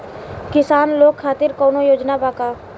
किसान लोग खातिर कौनों योजना बा का?